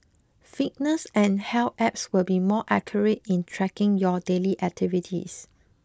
fitness and health apps will be more accurate in tracking your daily activities